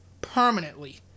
permanently